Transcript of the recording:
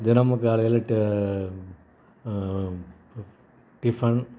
தினமும் காலையில் ட டிஃபன்